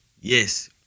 Yes